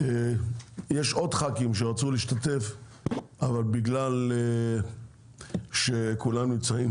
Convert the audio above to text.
יש עוד ח"כים שרצו להשתתף, אבל בגלל שכולם נמצאים